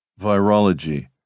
Virology